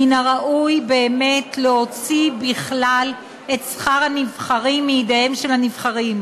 מן הראוי באמת להוציא בכלל את שכר הנבחרים מידיהם של הנבחרים,